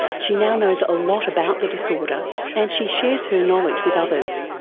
she now knows a lot about the disorder and she shares her knowledge with others,